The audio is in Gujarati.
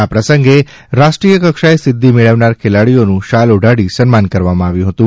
આ પ્રસંગે રાષ્ટ્રીય કક્ષાએ સિદ્ધિ મેળવનાર ખેલાડીઓનું શાલ ઓઢાડી સન્માન કરવામાં આવ્યું હતું